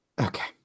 Okay